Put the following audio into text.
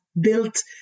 built